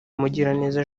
mugiraneza